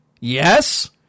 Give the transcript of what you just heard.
Yes